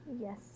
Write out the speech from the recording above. Yes